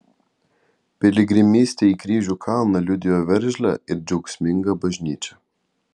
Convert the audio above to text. piligrimystė į kryžių kalną liudijo veržlią ir džiaugsmingą bažnyčią